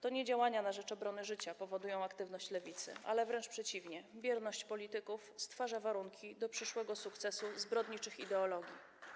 To nie działania na rzecz obrony życia powodują aktywność lewicy, ale wręcz przeciwnie: bierność polityków stwarza warunki do przyszłego sukcesu zbrodniczych ideologii.